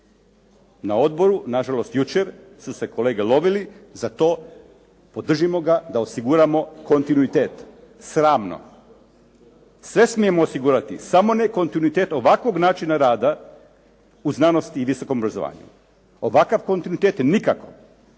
Na odboru, na žalost jučer su se kolege lovili za to podržimo ga da osiguramo kontinuitet. Sramno. Sve smijemo osigurati samo ne kontinuitet ovakvog načina rada u znanosti i visokom obrazovanju. Ovakav kontinuitet nikako.